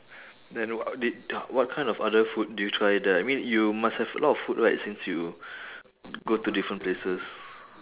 then wha~ did what kind of other food did you try there I mean you must have a lot of food right since you go to different places